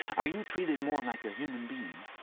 are you treated more like a human being?